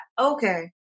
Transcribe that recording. okay